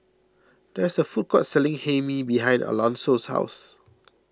there is a food court selling Hae Mee behind Alonso's house